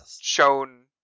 shown